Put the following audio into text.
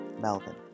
Melvin